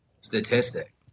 statistic